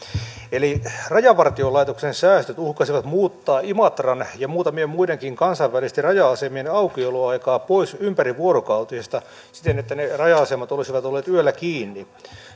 eli rajavartiolaitoksen säästöt uhkasivat muuttaa imatran ja muutamien muidenkin kansainvälisten raja asemien aukioloaikaa pois ympärivuorokautisesta siten että ne raja asemat olisivat olleet yöllä kiinni